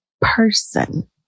person